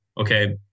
okay